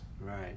Right